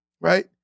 right